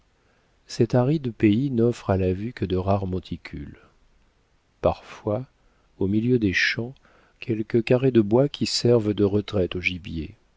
cet aride pays n'offre à la vue que de rares monticules parfois au milieu des champs quelques carrés de bois qui servent de retraite au gibier